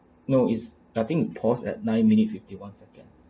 no it's I think it pause at nine minute fifty one second